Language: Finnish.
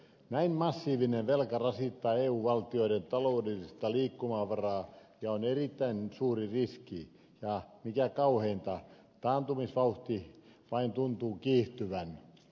näin massiivinen velka rasittaa eun valtioiden taloudellista liikkumavaraa ja on erittäin suuri riski ja mikä kauheinta taantumisvauhti vain tuntuu kiihtyvän